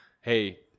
hey